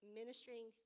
ministering